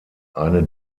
eine